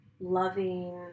loving